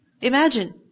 Imagine